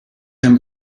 hem